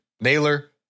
Naylor